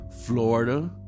florida